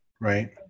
Right